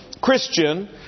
Christian